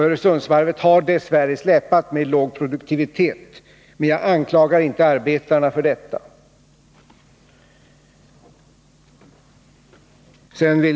Öresundsvarvet har dess värre släpat med låg produktivitet, men jag anklagar inte arbetarna för detta.